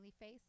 face